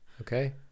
Okay